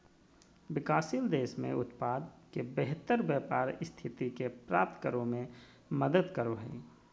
विकासशील देश में उत्पाद के बेहतर व्यापार स्थिति के प्राप्त करो में मदद करो हइ